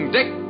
Dick